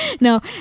No